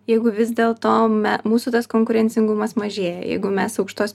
jeigu vis dėl to me mūsų tas konkurencingumas mažėja jeigu mes aukštos